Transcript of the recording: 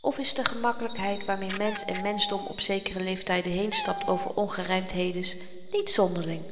of is de gemakkelykheid waarmee mensch en menschdom op zekere leeftyden heenstapt over ongerymdhedens niet zonderling